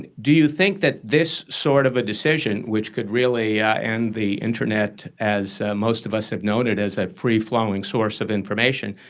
do you think that this sort of a decision, which could really end the internet as most of us have known it as a free-flowing source of information,